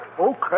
Okay